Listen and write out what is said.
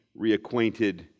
reacquainted